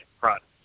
products